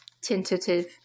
Tentative